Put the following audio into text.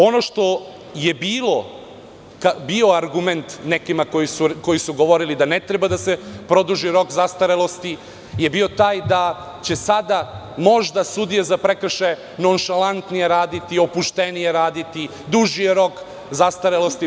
Ono što je bio argument nekima koji su govorili da ne treba da se produži rok zastarelosti je to da će sada možda sudije za prekršaje nonšalantnije raditi, opuštenije, duži je rok zastarelosti, itd.